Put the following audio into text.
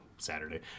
Saturday